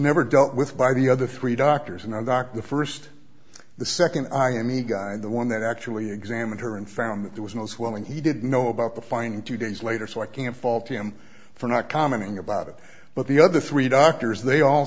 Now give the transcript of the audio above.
never dealt with by the other three doctors and eye doc the first the second i am he guy the one that actually examined her and found that there was no swelling he did know about the finding two days later so i can't fault him for not commenting about it but the other three doctors they all